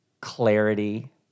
clarity